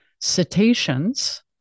Cetaceans